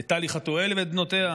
את טלי חטואל ואת בנותיה?